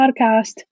podcast